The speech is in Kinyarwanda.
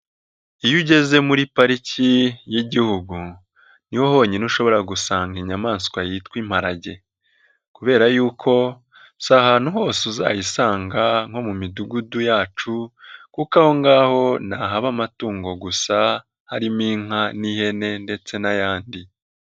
Iyo ugeze muri pariki y'Igihugu niho honyine ushobora gusanga inyamaswa yitwa imparage, kubera y'uko si ahantu hose uzayisanga nko mu midugudu yacu, kuko aho ngaho nahaba amatungo gusa harimo inka n'ihene ndetse n'ayandi.